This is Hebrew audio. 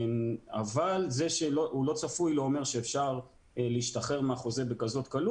אבל זה שזה לא צפוי זה לא אומר שאפשר להשתחרר מהחוזה בקלות כזאת,